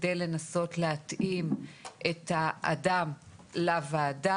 על מנת לנסות להתאים את האדם לוועדה.